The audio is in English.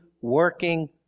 working